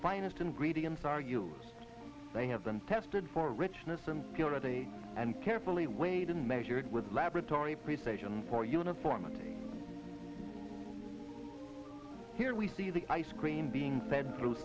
finest ingredients are you they have been tested for richness and purity and carefully weighed and measured with laboratory precision for uniformity here we see the ice cream being fed through